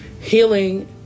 healing